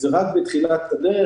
זה רק בתחילת הדרך,